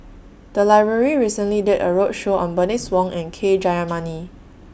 The Library recently did A roadshow on Bernice Wong and K Jayamani